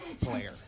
player